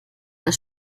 das